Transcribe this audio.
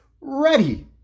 ready